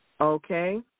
Okay